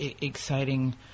exciting